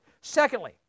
Secondly